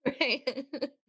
Right